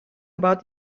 about